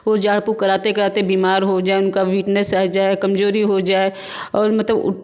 झाड़ फूँक कराते कराते बीमार हो जाए उनको विकनेस आ जाए कमज़ोरी हो जाए और मतलब उठ